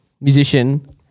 musician